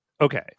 okay